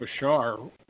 Bashar